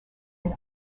and